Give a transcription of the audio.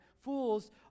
Fools